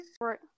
right